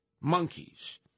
monkeys